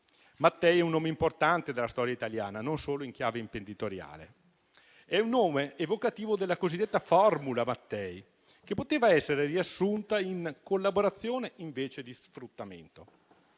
Mattei è un uomo importante della storia italiana, non solo in chiave imprenditoriale. È un nome evocativo della cosiddetta formula Mattei, che poteva essere riassunta in collaborazione invece di sfruttamento;